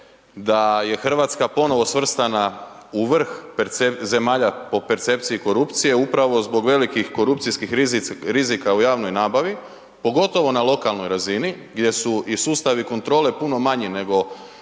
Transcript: da je Hrvatska ponovno svrstana u vrh zemalja po percepciji korupcije upravo zbog velikih korupcijskih rizika u javnoj nabavi pogotovo na lokalnoj razini gdje su i sustavi kontrole puno manji nego